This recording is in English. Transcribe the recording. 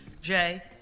Jay